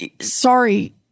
sorry